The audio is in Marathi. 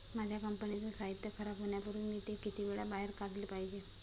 माझ्या कंपनीतील साहित्य खराब होण्यापूर्वी मी ते किती वेळा बाहेर काढले पाहिजे?